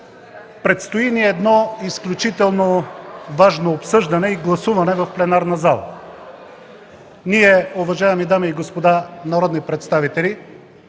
Предстои ни едно изключително важно обсъждане и гласуване в пленарната зала. Ние, уважаеми дами и господа народни представители,